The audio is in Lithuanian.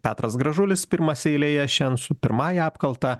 petras gražulis pirmas eilėje šiandien su pirmąja apkalta